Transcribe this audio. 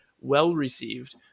well-received